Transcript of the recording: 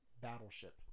Battleship